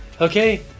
Okay